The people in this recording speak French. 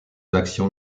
actions